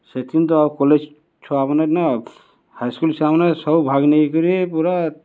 ସେଥିନ୍ ତ ଆଉ କଲେଜ୍ ଛୁଆମନେ ନା ହାଇ୍ସ୍କୁଲ୍ ଛୁଆମାନେ ସବୁ ଭାଗ୍ ନେଇକରି ପୁରା